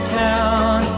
town